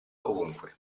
ovunque